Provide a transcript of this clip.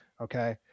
Okay